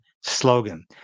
slogan